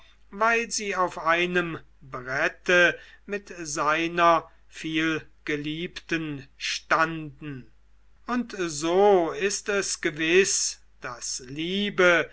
weil sie auf einem brette mit seiner vielgeliebten standen und so ist es gewiß daß liebe